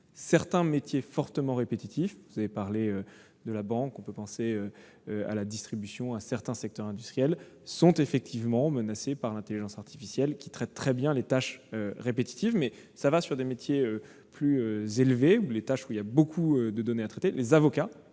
certains métiers fortement répétitifs- vous avez parlé de la banque, on peut aussi penser à la distribution ou à certains secteurs industriels -sont effectivement menacés par l'intelligence artificielle, qui traite très bien les tâches répétitives. Cela concerne aussi des métiers plus élevés, dans lesquels il y a beaucoup de données à traiter ; je pense